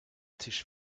tisch